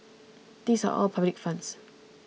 these are all public funds